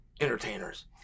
entertainers